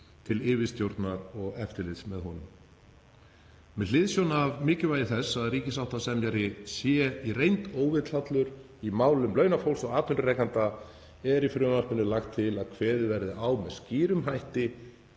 til yfirstjórnar og eftirlits með honum. Með hliðsjón af mikilvægi þess að ríkissáttasemjari sé í reynd óvilhallur í málum launafólks og atvinnurekenda er í frumvarpinu lagt til að kveðið verði á um með skýrum hætti